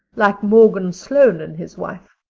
like morgan sloane and his wife.